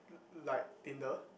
like tinder